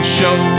show